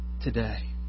today